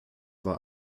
war